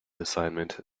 assignment